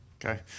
Okay